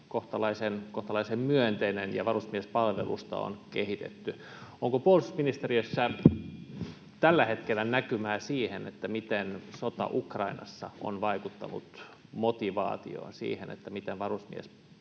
kohtalaisen myönteinen, ja varusmiespalvelusta on kehitetty. Onko puolustusministeriössä tällä hetkellä näkymää siihen, miten sota Ukrainassa on vaikuttanut motivaatioon, siihen miten varusmiehet ja